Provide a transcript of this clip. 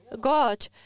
God